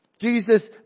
Jesus